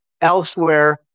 elsewhere